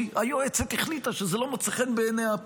כי היועצת החליטה שהפתרון הזה לא מוצא חן בעיניה.